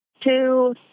two